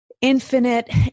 infinite